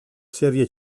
serie